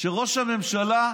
שראש הממשלה,